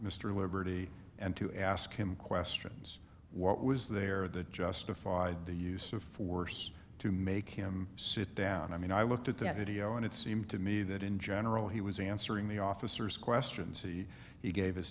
mr liberty and to ask him questions what was there that justified the use of force to make him sit down i mean i looked at that video and it seemed to me that in general he was answering the officers questions he gave his